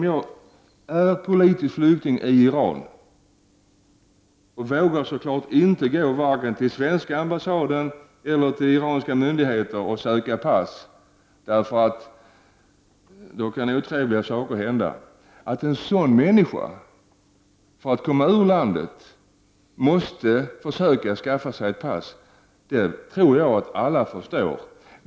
om jag är politisk flykting i Iran, varken vågar gå till svenska ambassaden eller till iranska myndigheter och söka pass, för då kan otrevliga saker hända. Att en sådan människa, för att komma ur landet, måste försöka skaffa sig ett pass tror jag att alla förstår.